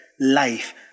life